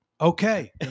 Okay